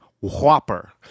whopper